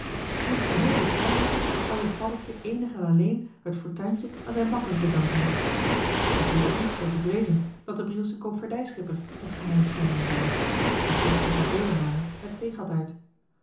t moest geheel den schijn hebben alsof paddeltje eenig en alleen het fortuintje aan zijn makker te danken had er viel ook niet voor te vreezen dat de brielsche koopvaardijschipper het geheim schenden zou want die ging voor vele maanden het zeegat uit